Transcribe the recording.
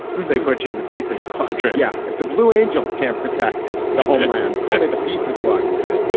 they put you in the pizza squadron. yeah if the blue angels can't protect the homeland. only the pizza squadron can.